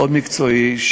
מאוד מקצועי,